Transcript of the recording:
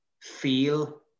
feel